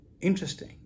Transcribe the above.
Interesting